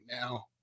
now